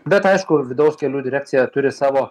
bet aišku vidaus kelių direkcija turi savo